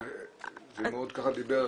זה מאוד דיבר,